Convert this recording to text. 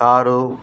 car